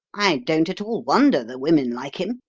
i don't at all wonder the women like him.